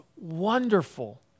wonderful